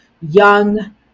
young